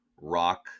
rock